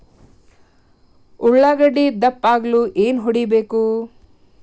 ಉಳ್ಳಾಗಡ್ಡೆ ದಪ್ಪ ಆಗಲು ಏನು ಹೊಡಿಬೇಕು?